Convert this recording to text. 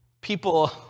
people